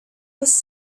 was